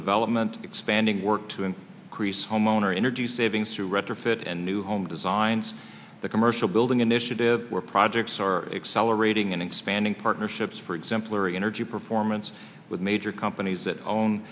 development expanding work to an increase homeowner energy savings through retrofit and new home designs the commercial building initiative where projects are accelerating and expanding partnerships for exemplary energy performance with major companies that own